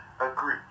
agree